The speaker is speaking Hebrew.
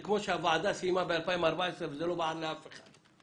כמו שהוועדה סיימה ב-2014 וזה לא בא לאף אחד.